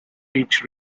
beach